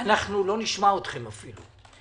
לא נשמע אתכם אפילו.